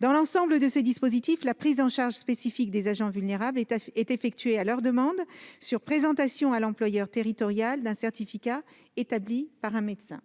Cette prise en charge spécifique des agents vulnérables est effectuée à leur demande, sur présentation à l'employeur territorial d'un certificat établi par un médecin.